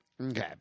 Okay